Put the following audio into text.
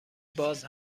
باز